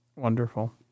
Wonderful